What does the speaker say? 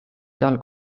seal